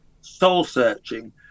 soul-searching